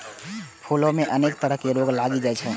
फूलो मे अनेक तरह रोग लागि जाइ छै